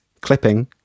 clipping